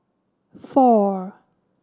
four